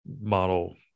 model